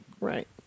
Right